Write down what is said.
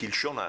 כלשון ההקלה,